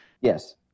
Yes